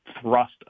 thrust